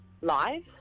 live